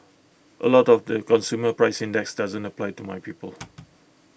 A lot of the consumer price index doesn't apply to my people